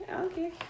okay